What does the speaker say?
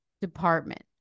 Department